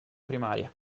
primaria